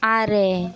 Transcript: ᱟᱨᱮ